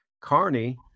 carney